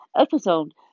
episode